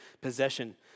possession